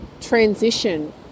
transition